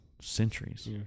centuries